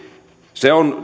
se on